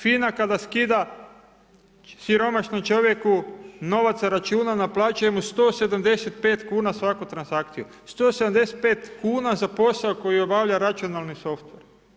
FINA kada skida siromašnom čovjeku novac sa računa naplaćuje mu 175 kuna svaku transakciju, 175 kuna za posao koji obavlja računalni softver.